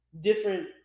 different